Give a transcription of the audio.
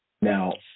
now